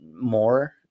more